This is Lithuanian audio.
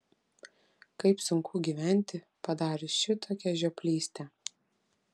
kaip sunku gyventi padarius šitokią žioplystę